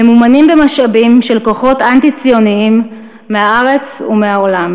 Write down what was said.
ממומנות במשאבים של כוחות אנטי-ציוניים מהארץ ומהעולם.